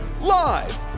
Live